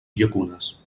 llacunes